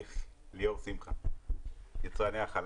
אני ליאור שמחה, יצרני החלב.